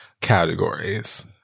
categories